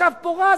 ישב פורז,